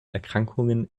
erkrankungen